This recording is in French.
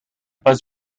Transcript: pas